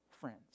friends